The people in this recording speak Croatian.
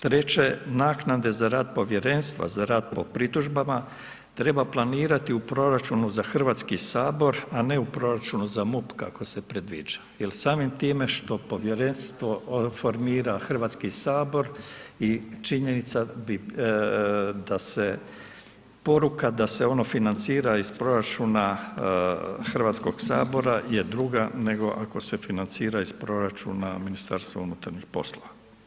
Treće, naknade za rad povjerenstva, za rad po pritužbama, treba planirati u proračunu za Hrvatski sabor, a ne u proračunu za MUP kako se predviđa, jer samim time što povjerenstvo, on formira Hrvatski sabor i činjenica bi, da se poruka da se ono financira iz proračuna Hrvatskog sabora, je druga, nego ako se financira iz proračuna Ministarstva unutarnjih poslova.